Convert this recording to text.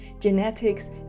genetics